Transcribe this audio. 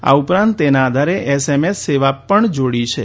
આ ઉપરાંત તેના આધારે એસએમએસ સેવા પણ જોડી છે